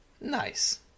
Nice